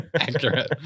Accurate